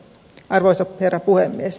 arvoisa herra puhemies